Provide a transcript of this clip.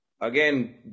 again